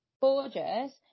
gorgeous